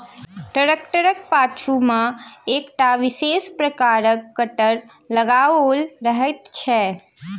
ट्रेक्टरक पाछू मे एकटा विशेष प्रकारक कटर लगाओल रहैत छै